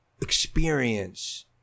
experience